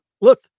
look